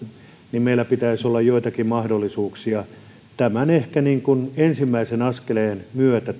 niin meillä pitäisi olla joitakin mahdollisuuksia tämän ensimmäisen askeleen myötä